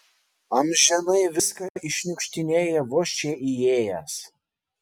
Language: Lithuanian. amžinai viską iššniukštinėja vos čia įėjęs